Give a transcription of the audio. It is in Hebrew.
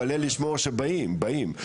באים.